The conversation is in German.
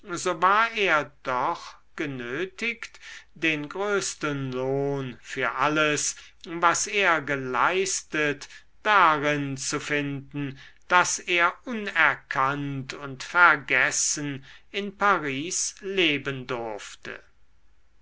so war er doch genötigt den größten lohn für alles was er geleistet darin zu finden daß er unerkannt und vergessen in paris leben durfte